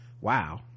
wow